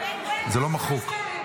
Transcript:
זה לא מחוק.